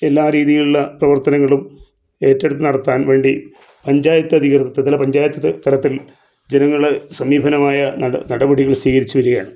എല്ലാ രീതീലുള്ള പ്രവർത്തനങ്ങളും ഏറ്റെടുത്ത് നടത്താൻ വേണ്ടി പഞ്ചായത്ത് അധികൃത ത്രിതല പഞ്ചായത്ത് തലത്തിൽ ജനങ്ങള് സമീപനമായ നട നടപടികള് സ്വീകരിച്ച് വരികയാണ്